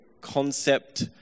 concept